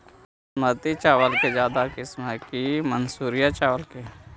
बासमती चावल के ज्यादा किमत है कि मनसुरिया चावल के?